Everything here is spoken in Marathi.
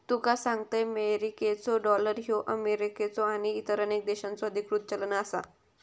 तुका सांगतंय, मेरिकेचो डॉलर ह्यो अमेरिकेचो आणि इतर अनेक देशांचो अधिकृत चलन आसा